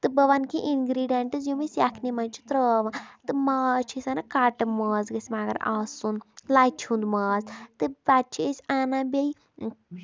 تہٕ بہٕ وَنہٕ کینٛہہ اِنگرٛیٖڈینٛٹٕز یِم أسۍ یکھٕنہِ منٛز چھِ ترٛاوان تہٕ ماز چھِ أسۍ اَنان کَٹہٕ ماز گژھِ مگر آسُن لَچہِ ہُنٛد ماز تہٕ پَتہٕ چھِ أسۍ اَنان بیٚیہِ